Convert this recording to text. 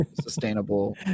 sustainable